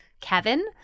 Kevin